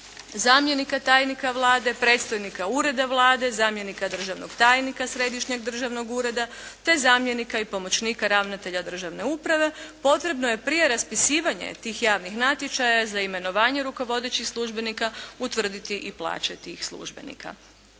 zamjenika tajnika Vlade, predstojnika ureda Vlade, zamjenika državnog tajnika Središnjeg državnog ureda te zamjenika i pomoćnika ravnatelja državne uprave potrebno je prije raspisivanja tih javnih natječaja za imenovanje rukovodećih službenika utvrditi i plaće tih službenika.